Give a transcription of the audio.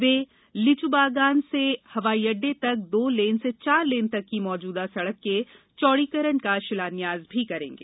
वे लिच्बागान स्पबबीपइंहंद से हवाई अड्डे तक दो लेन से चार लेन तक की मौजूदा सड़क के चौड़ीकरण का शिलान्यास भी करेंगे